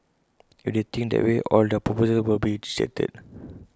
if they think that way all their proposals will be rejected